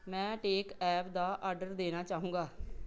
ਮੈਂ takeaway ਦਾ order ਦੇਣਾ ਚਾਹਾਂਗਾ